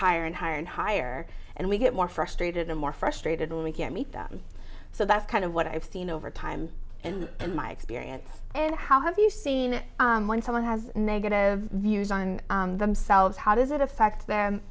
higher and higher and higher and we get more frustrated and more frustrated when we can't meet them so that's kind of what i've seen over time and in my experience and how have you seen when someone has negative views on themselves how does it affect the